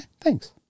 thanks